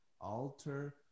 alter